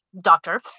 doctor